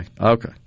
Okay